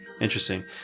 Interesting